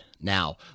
Now